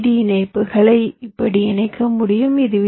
D இணைப்புகளை இப்படி இணைக்க முடியும் இது வி